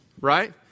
right